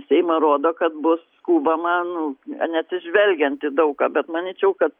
seimą rodo kad bus skubama nu neatsižvelgiant į daug ką bet manyčiau kad